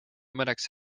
mõneks